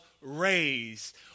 raised